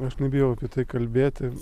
aš nebijau apie tai kalbėti